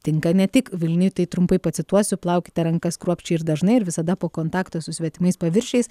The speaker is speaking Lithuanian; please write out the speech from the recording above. tinka ne tik vilniui tai trumpai pacituosiu plaukite rankas kruopščiai ir dažnai ir visada po kontakto su svetimais paviršiais